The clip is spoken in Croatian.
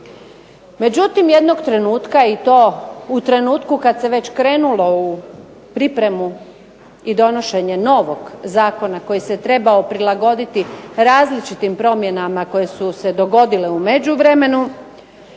Međutim, jednog trenutka i to u trenutku kada se već krenulo u pripremu i donošenje novog zakona koji se trebao prilagoditi različitim promjenama koje su se dogodile u međuvremenu,